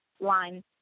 line